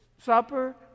supper